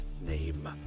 name